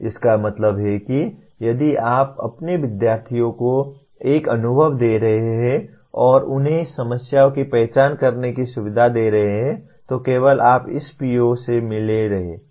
इसका मतलब है कि यदि आप अपने विद्यार्थियों को एक अनुभव दे रहे हैं और उन्हें समस्याओं की पहचान करने की सुविधा दे रहे हैं तो केवल आप इस PO से मिल रहे हैं